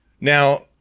Now